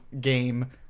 game